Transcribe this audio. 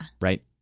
Right